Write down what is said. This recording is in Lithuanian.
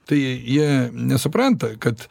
tai jie nesupranta kad